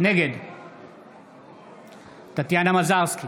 נגד טטיאנה מזרסקי,